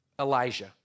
Elijah